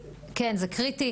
כן, זה קריטי.